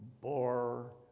bore